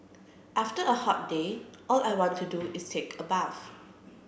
after a hot day all I want to do is take a bath